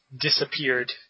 disappeared